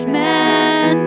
man